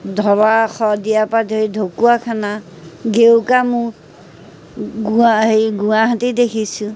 ঢলা শদিয়াৰপৰা ধৰি ঢকুৱাখানা গেৰুকামুখ গুৱা হেৰি গুৱাহাটী দেখিছোঁ